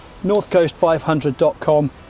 Northcoast500.com